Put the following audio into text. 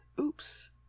oops